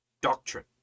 Doctrine